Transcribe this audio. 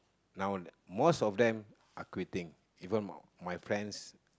now most of them are quitting even my friends